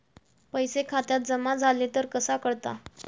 पैसे खात्यात जमा झाले तर कसा कळता?